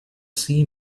see